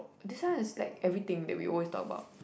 this one has like everything that we always talk about